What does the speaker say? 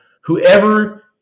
whoever